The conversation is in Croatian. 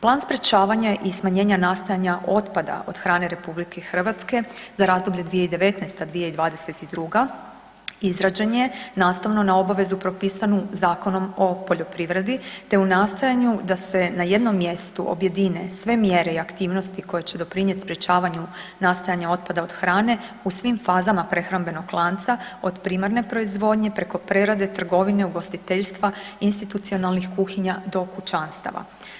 Plan sprječavanja i smanjenja nastajanja otpada Republike Hrvatske za razdoblje 2019.-2022. izrađen je nastavno na obavezu propisanu Zakonom o poljoprivredi, te u nastojanju da se na jednom mjestu objedine sve mjere i aktivnosti koje će doprinijeti sprječavanju nastajanja otpada od hrane u svim fazama prehrambenog lanca, od primarne proizvodnje preko prerade, trgovine, ugostiteljstva, intitucionalnih kuhinja do kućanstava.